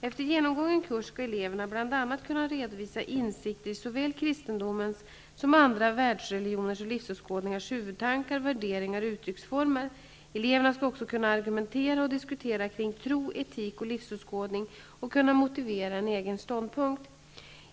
Efter genomgången kurs skall eleverna bl.a. kunna redovisa insikter i såväl kristendomens som andra världsreligioners och livsåskådningars huvudtankar, värderingar och uttrycksformer. Eleverna skall också kunna argumentera och diskutera kring tro, etik och livsåskådning och kunna motivera en egen ståndpunkt.